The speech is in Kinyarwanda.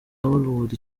hollywood